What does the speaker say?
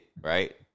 right